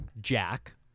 Jack